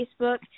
Facebook